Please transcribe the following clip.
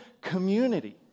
community